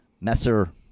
Messer